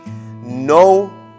No